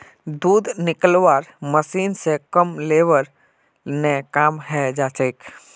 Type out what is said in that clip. दूध निकलौव्वार मशीन स कम लेबर ने काम हैं जाछेक